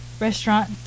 restaurant